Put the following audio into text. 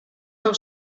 del